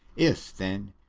if, then,